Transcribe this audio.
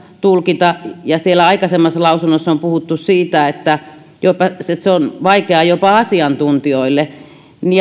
tulkita ja aikaisemmassa lausunnossa on puhuttu siitä että se on vaikeaa jopa asiantuntijoille